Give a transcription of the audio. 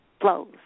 flows